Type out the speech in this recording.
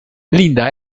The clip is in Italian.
linda